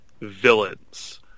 villains